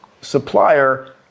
supplier